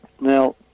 Now